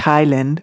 Thailand